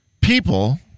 people